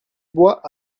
bois